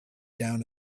down